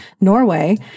Norway